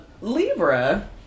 Libra